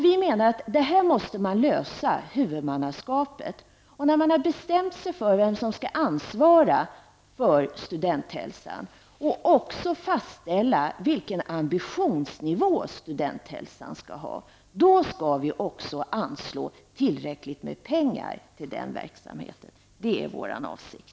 Vi menar att man måste lösa frågan om huvudmannaskapet. När man har bestämt sig för vem som skall ansvara för studenthälsan och även fastställt vilken ambitionsnivå studenthälsan skall ha, då skall vi också anslå tillräckligt med pengar till den verksamheten. Det är vår avsikt.